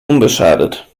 unbeschadet